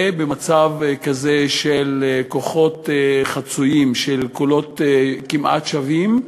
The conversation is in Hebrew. ובמצב כזה של כוחות חצויים, של קולות כמעט שווים,